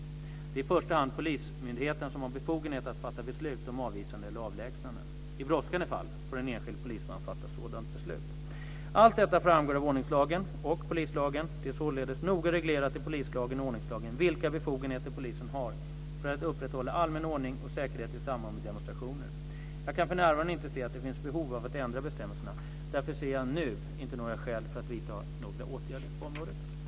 Det är i första hand polismyndigheten som har befogenhet att fatta beslut om avvisande eller avlägsnande. I brådskande fall får en enskild polisman fatta sådant beslut. Allt detta framgår av ordningslagen och polislagen. Det är således noga reglerat i polislagen och ordningslagen vilka befogenheter polisen har för att upprätthålla allmän ordning och säkerhet i samband med demonstrationer. Jag kan för närvarande inte se att det finns behov av att ändra bestämmelserna. Därför ser jag nu inte några skäl för att vidta några åtgärder på området.